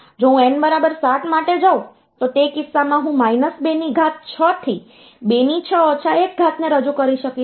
જો હું n બરાબર 7 માટે જાઉં તો તે કિસ્સામાં હું માઈનસ 2 ની ઘાત 6 થી 2 ની 6 ઓછા 1 ઘાત ને રજૂ કરી શકીશ